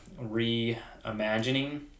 reimagining